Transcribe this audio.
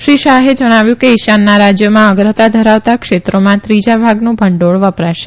શ્રી શાહે જણાવ્યું કે ઈશાનના રાજ્યોમાં અગ્રતા ધરાવતાં ક્ષેત્રોમાં ત્રીજા ભાગનું ભંડોળ વપરાશે